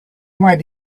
might